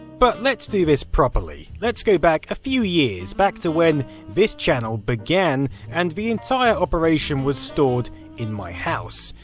but let's do this properly, let's go back a few years, back to when this channel began, and the entire operation was stored in my house.